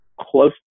close